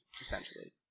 essentially